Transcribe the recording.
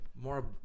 more